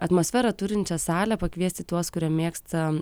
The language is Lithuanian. atmosferą turinčią salę pakviesti tuos kurie mėgsta